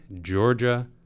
Georgia